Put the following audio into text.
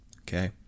Okay